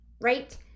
right